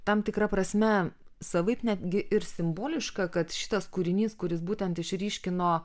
tam tikra prasme savaip netgi ir simboliška kad šitas kūrinys kuris būtent išryškino